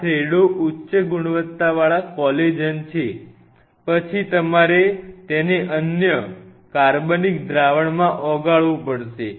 આ થ્રેડો ઉચ્ચ ગુણવત્તાવાળા કોલેજન છે પછી તમારે તેને અન્ય કાર્બનિક દ્રાવણ માં ઓગાળ વું પડશે